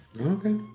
Okay